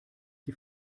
die